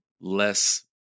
less